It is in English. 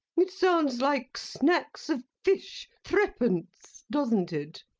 it sounds like snacks of fish, threepence doesn't it?